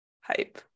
hype